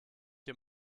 dir